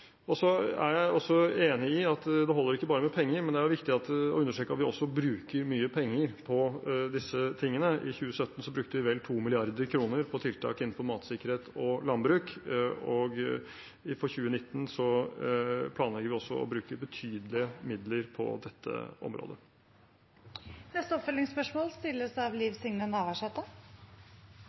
Så er jeg enig i at det holder ikke bare med penger, men det er viktig å understreke at vi også bruker mye penger på disse tingene. I 2017 brukte vi vel 2 mrd. kr på tiltak innenfor matsikkerhet og landbruk, og for 2019 planlegger vi også å bruke betydelige midler på dette området. Liv Signe Navarsete – til oppfølgingsspørsmål.